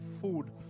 food